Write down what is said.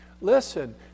listen